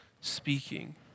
speaking